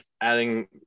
adding